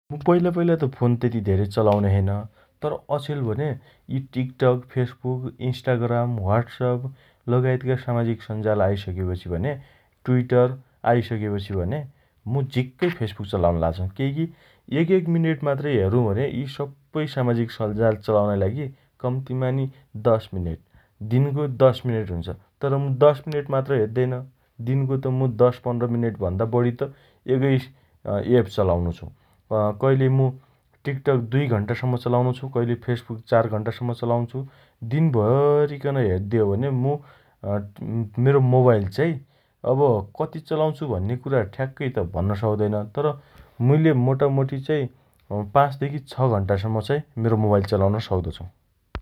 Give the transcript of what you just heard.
पैला पैला मु फोन तेति धेरै चलाउने छेइन । तर, अछेल भने यी टिकटक फेसबुक, इन्स्टाग्राम, ह्वाट्सप, लगायतका सामाजिक सञ्जाल आइसकेपछि भने ट्वीटर आइसकेपछि भने मु झिक्कै फेसबुक चलाउनका लाग्या छु । केइकी एकएक मिनेट मात्रै हेरु भने यी सप्पै सामाजिक सञ्जाल चलाउनाइ लागि कम्तिमा नी दश मिनेट दिनको दश मिनेट हुन्छ । तर, मु दश मिनेट मात्रै हेद्दइन । दिनको त मु दश पन्ध्र मिनेट भन्दा बढी त एकै अँ एप चलाउनो छु । अँ कइलै मु टिकट दुइ घण्टासम्म चलाउनो छु । कइलै फेशबुक चार घण्टासम्म चलाउँन्छु । दिनभरिकन हेद्दे हो भने मु अँ मेरो मोबाइल चाइ अब कति चलाउँछु भन्ने कुरा ठ्याक्कै त भन्न सक्दैन । तर, मुइले मोटामोटी चाई अँ पाचदेखि छ घण्टासम्म चाइ मेरो मोबाइल चलाउन सक्दो छु ।